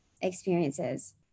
experiences